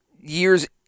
years